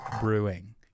Brewing